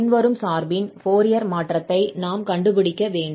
பின்வரும் சார்பின் ஃபோரியர் மாற்றத்தை நாம் கண்டுபிடிக்க வேண்டும்